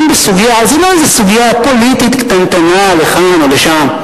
זאת לא איזו סוגיה פוליטית קטנטנה לכאן או לשם,